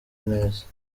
neza